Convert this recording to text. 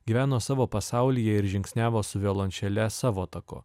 gyveno savo pasaulyje ir žingsniavo su violončele savo taku